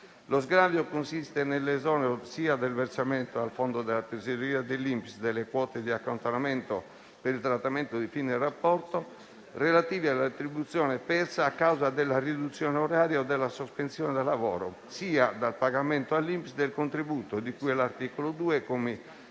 Lo sgravio consiste nell'esonero sia dal versamento al fondo della tesoreria dell'INPS delle quote di accantonamento per il trattamento di fine rapporto relative alla retribuzione persa a causa della riduzione oraria o della sospensione dal lavoro, sia dal pagamento all'INPS del contributo di cui all'articolo 2, commi